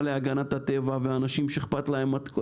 להגנת הטבע והאנשים שאכפת להם מן הטבע,